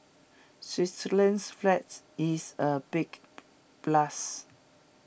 Switzerland's flags is A big plus